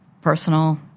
personal